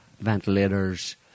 ventilators